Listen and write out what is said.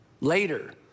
Later